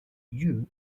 you